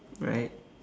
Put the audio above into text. right